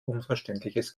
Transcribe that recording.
unverständliches